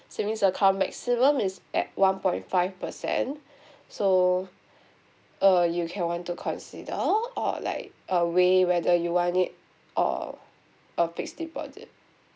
savings account maximum is at one point five per cent so uh you can want to consider or like uh weigh whether you want it or a fixed deposit